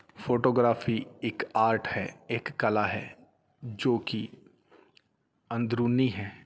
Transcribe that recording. photography ਇੱਕ art ਹੈ ਇੱਕ ਕਲਾ ਹੈ ਜੋ ਕਿ ਅੰਦਰੂਨੀ ਹੈ